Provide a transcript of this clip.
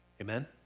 Amen